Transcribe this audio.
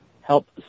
help